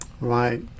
right